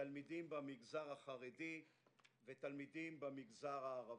תלמידים במגזר החרדי ותלמידים במגזר הערבי.